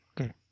okay